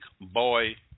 boy